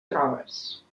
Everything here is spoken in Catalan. trobes